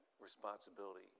responsibility